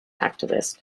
activist